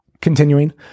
Continuing